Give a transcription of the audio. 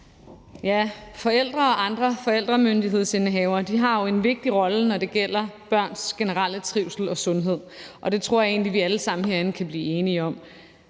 Forældre og andre forældremyndighedsindehavere har jo en vigtig rolle, når det gælder børns generelle trivsel og sundhed, og det tror jeg egentlig vi alle sammen herinde kan blive enige om.